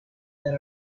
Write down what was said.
that